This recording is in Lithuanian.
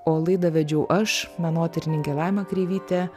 o laidą vedžiau aš menotyrininkė laima kreivytė